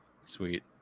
sweet